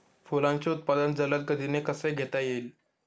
फुलांचे उत्पादन जलद गतीने कसे घेता येईल?